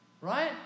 Right